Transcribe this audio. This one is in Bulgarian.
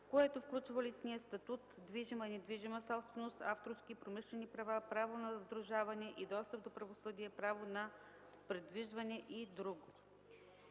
което включва личния статут, движима и недвижима собственост, авторски и промишлени права, право на сдружаване и достъп до правосъдие, право на придвижване и др.